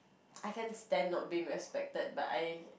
I can stand not being respected but I